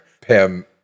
Pam